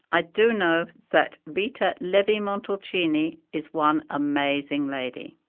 i do know that rita levi-montalcini is one amazing lady.